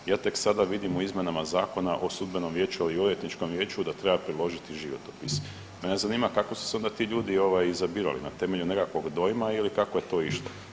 Ja tek sada vidim u izmjenama Zakona o sudbenom vijeću, a i o odvjetničkom vijeću da treba priložiti životopis, pa me zanima kako su se onda ti ljudi onda izabirali, na temelju nekakvog dojma ili kako je to išlo?